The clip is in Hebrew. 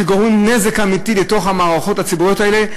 שגורמים נזק אמיתי למערכות הציבוריות האלה,